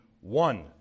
one